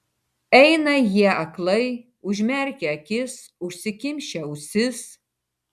eina jie aklai užmerkę akis užsikimšę ausis